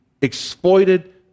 exploited